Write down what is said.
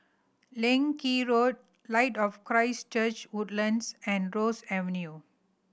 Leng Kee Road Light of Christ Church Woodlands and Ross Avenue